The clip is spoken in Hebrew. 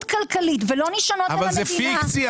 כלכלית ולא נשענות- - אבל זה פיקציה.